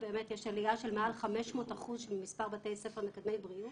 באמת יש עלייה של מעל 500% של מספר בתי ספר מקדמי בריאות.